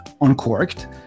Uncorked